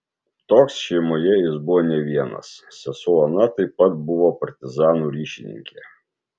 toks šeimoje jis buvo ne vienas sesuo ona taip pat buvo partizanų ryšininkė